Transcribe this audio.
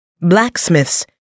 Blacksmiths